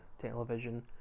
television